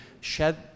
shed